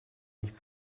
nicht